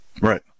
Right